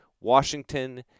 Washington